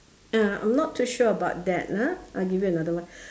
uh I'm not too sure about that ah I'll give you another one